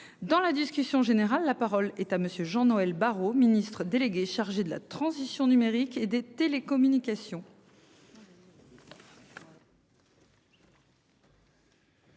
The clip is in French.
Dans la discussion générale. La parole est à monsieur Jean-Noël Barrot Ministre délégué chargé de la transition numérique et des télécommunications.